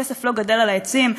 כסף לא גדל על העצים,